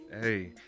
hey